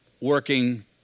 working